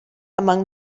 among